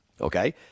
Okay